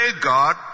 God